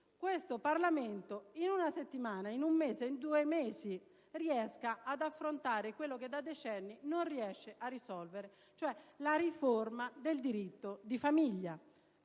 questo Parlamento in una settimana, un mese o due mesi riesca ad affrontare quello che da decenni non riesce a risolvere, cioè la riforma del diritto di famiglia;